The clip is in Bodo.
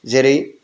जेरै